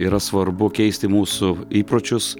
yra svarbu keisti mūsų įpročius